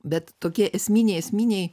bet tokie esminiai esminiai